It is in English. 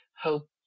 Hope